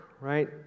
right